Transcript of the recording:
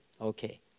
Okay